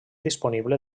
disponible